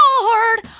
Lord